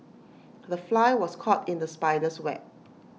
the fly was caught in the spider's web